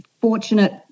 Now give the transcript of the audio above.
fortunate